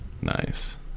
Nice